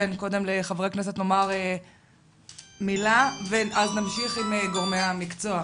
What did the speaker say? ניתן קודם לחברי הכנסת לומר מילה ואז נמשיך עם גורמי המקצוע.